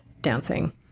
dancing